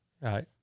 Right